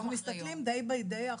אנחנו מסתכלים יום אחרי יום,